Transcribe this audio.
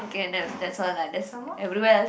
okay that's that's all lah that's everywhere's